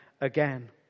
again